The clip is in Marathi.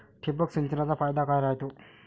ठिबक सिंचनचा फायदा काय राह्यतो?